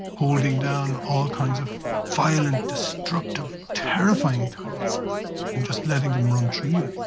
holding down all kinds of violent, destructive, terrifying thoughts and just letting them run through you,